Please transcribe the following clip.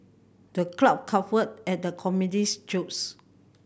the crowd guffawed at the comedian's jokes